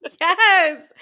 yes